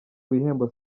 bihembo